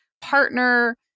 partner